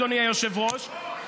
אדוני היושב-ראש,